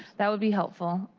that would be helpful.